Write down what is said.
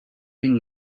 been